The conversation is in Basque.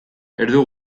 erdu